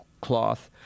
cloth